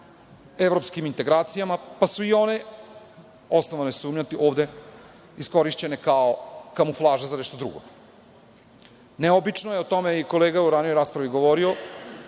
evropskim integracijama, pa su i one, osnovano sumnjam, ovde iskorišćene kao kamuflaža za nešto drugo. Neobično je, o tome je kolega u ranijoj raspravi govorio,